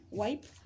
wipe